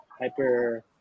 hyper